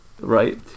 right